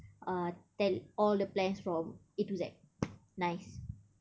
uh tell all the plans from A to Z nice